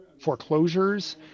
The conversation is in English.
foreclosures